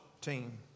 team